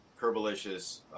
Kerbalicious